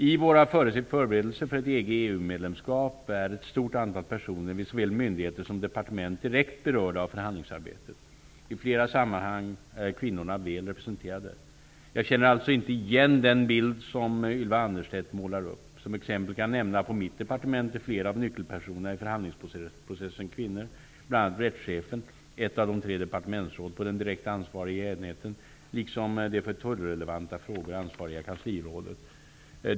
I våra förberedelser för ett EG/EU-medlemskap är ett stort antal personer vid såväl myndigheter som departement direkt berörda av förhandlingsarbetet. I flera sammanhang är kvinnorna väl representerade. Jag känner alltså inte igen den bild som Ylva Annerstedt målar upp. Som exempel kan jag nämna att flera av nyckelpersonerna i förhandlingsprocessen på mitt departement är kvinnor -- bl.a. rättschefen, ett av tre departementsråd på den direkt ansvariga enheten liksom det för tullrelevanta frågor ansvariga kanslirådet.